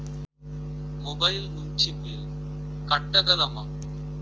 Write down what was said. Mobile నుంచి bill కట్టగలమ?